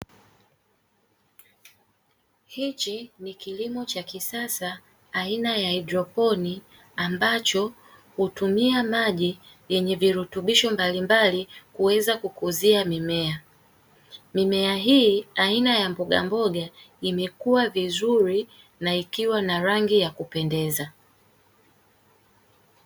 Hichi ni kilimo cha kisasa aina ya haidroponi ambacho hutumia maji yenye virutubisho mbalimbali kuweza kukuzia mimea. Mimea hii aina mbogamboga imekuwa vizuri na ikiwa na rangi ya kupendeza.